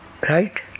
Right